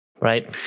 right